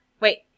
Wait